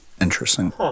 interesting